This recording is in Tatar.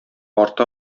арты